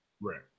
Right